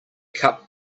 cup